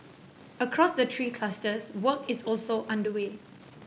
across the three clusters work is also underway